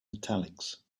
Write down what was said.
italics